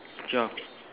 twelve